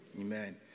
Amen